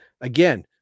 again